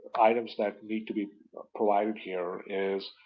items that need to be provided here is,